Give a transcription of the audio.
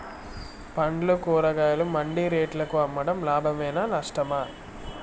పండ్లు కూరగాయలు మండి రేట్లకు అమ్మడం లాభమేనా నష్టమా?